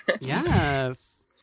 Yes